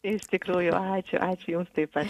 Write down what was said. iš tikrųjų ačiū ačiū jums taip pat